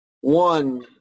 One